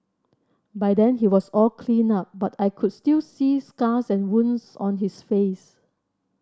by then he was all cleaned up but I could still see scars and wounds on his face